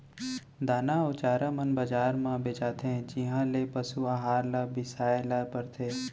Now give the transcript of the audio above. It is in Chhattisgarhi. दाना अउ चारा मन बजार म बेचाथें जिहॉं ले पसु अहार ल बिसाए ल परथे